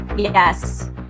yes